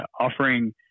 offering